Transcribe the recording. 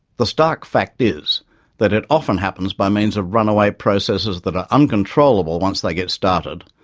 the stark fact is that it often happens by means of runaway processes that are uncontrollable once they get started,